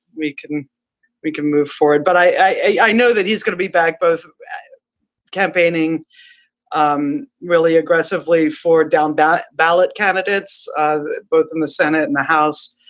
we can we can move forward. but i i know that he's going to be back, both campaigning um really aggressively for down ballot candidates, um both in the senate and the house.